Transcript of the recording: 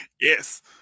Yes